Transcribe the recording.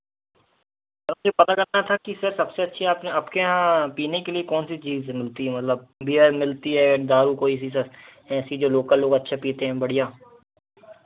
आपसे पता करना था कि सर सबसे अच्छी आपके आपके यहाँ पीने के लिए कौन सी चीज़ मिलती है मतलब बीयर मिलती है दारू कोई सी ऐसी जो लोकल लोग अच्छा पीते हों बढ़ियाँ